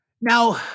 Now